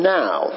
now